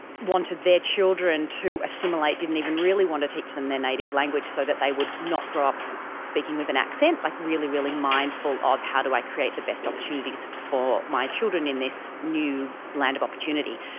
wanted their children to assimilate, didn't even really want to teach them their native language so that they would not grow up speaking with an accent, like really, really mindful of how do i create the best opportunities for my children in this new land of opportunity.